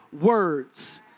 words